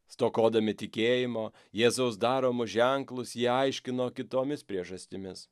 stokodami tikėjimo jėzaus daromus ženklus jie aiškino kitomis priežastimis